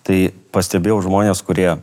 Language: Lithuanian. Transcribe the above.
tai pastebėjau žmonės kurie